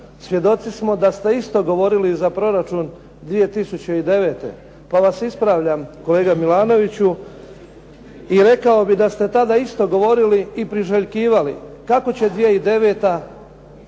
Svjedoci smo da ste isto govorili za proračun 2009. pa vas ispravljam kolega Milanoviću i rekao bih da ste tada isto govorili i priželjkivali kako će 2009.